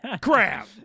Crap